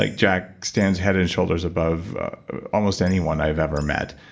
like jack stands head and shoulders above almost anyone i've ever met.